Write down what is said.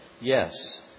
Yes